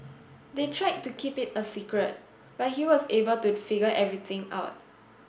they tried to keep it a secret but he was able to figure everything out